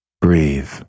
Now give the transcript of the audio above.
Breathe